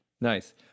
Nice